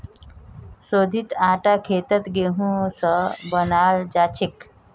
शोधित आटा खेतत गेहूं स बनाल जाछेक